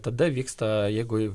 tada vyksta jeigu